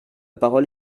parole